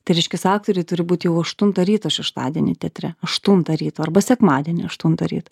tai reiškias aktoriai turi būt jau aštuntą ryto šeštadienį teatre aštuntą ryto arba sekmadienį aštuntą ryto